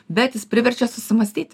bet jis priverčia